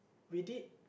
we did